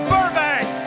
Burbank